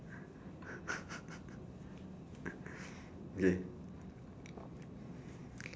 okay